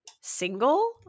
single